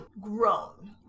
grown